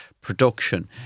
production